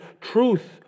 Truth